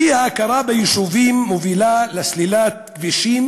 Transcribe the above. האי-הכרה ביישובים מובילה לסלילת כבישים